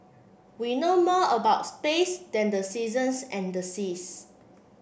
we know more about space than the seasons and the seas